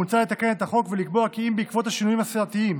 מוצע לתקן את החוק ולקבוע כי אם בעקבות השינויים הסיעתיים